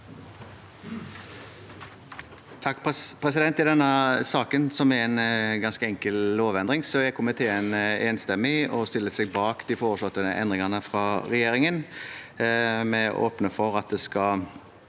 sa- ken): I denne saken, som er en ganske enkel lovendring, er komiteen enstemmig og stiller seg bak de foreslåtte endringene fra regjeringen. Vi åpner for at det skal